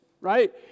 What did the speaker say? right